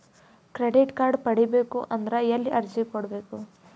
Credit card ಪಡಿಬೇಕು ಅಂದ್ರ ಎಲ್ಲಿ ಅರ್ಜಿ ಕೊಡಬೇಕು?